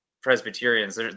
Presbyterians